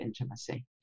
intimacy